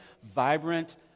vibrant